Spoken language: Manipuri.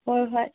ꯍꯣꯏ ꯍꯣꯏ